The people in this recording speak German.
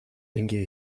denke